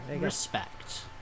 respect